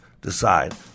decide